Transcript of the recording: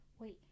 Wait